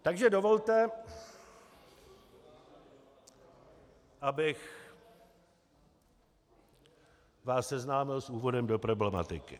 Takže dovolte, abych vás seznámil s úvodem do problematiky.